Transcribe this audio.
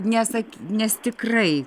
nesak nes tikrai